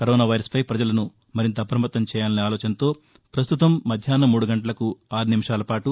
corona virus పై పజలను మరింత అపమత్తం చేయాలనే ఆలోచనతో పస్తుతం మద్యాహ్నం మూడు గంటలకు ఆరు నిమిషాల పాటు